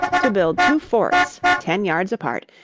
to build two forts, ten yards apart,